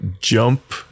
jump